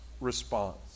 response